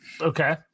okay